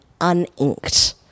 uninked